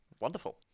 Wonderful